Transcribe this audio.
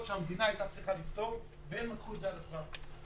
שהמדינה הייתה צריכה לפתור והם לקחו את זה על עצמם.